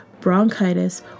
bronchitis